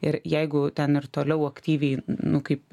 ir jeigu ten ir toliau aktyviai nu kaip